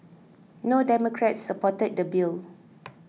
no Democrats supported the bill